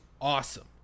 awesome